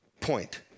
point